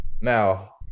Now